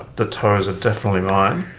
the toes are definitely mine.